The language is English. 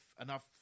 enough